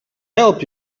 help